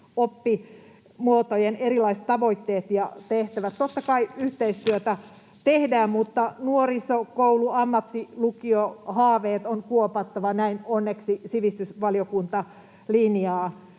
oppimuotojen erilaiset tavoitteet ja tehtävät. Totta kai yhteistyötä tehdään, mutta nuorisokoulu- ja ammattilukiohaaveet on kuopattava. Näin onneksi sivistysvaliokunta linjaa.